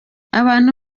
abantu